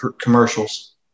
commercials